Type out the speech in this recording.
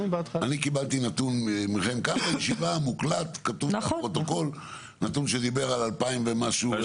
נתון מוקלט והוא כתוב בפרוטוקול - שדיבר על 2,000 ומשהו,